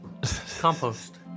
Compost